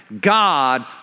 God